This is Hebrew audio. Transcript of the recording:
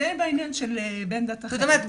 זה בעניין של בן דת אחרת,